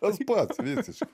tas pats visiškai